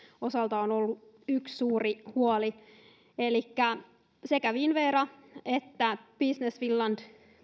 osalta on ollut yksi suuri huoli elikkä se että sekä finnvera että business finland